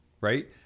right